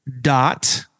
dot